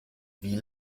wie